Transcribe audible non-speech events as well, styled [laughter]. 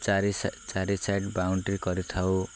ଚାରି [unintelligible] ଚାରି side boundary କରିଥାଉ